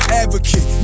advocate